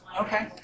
Okay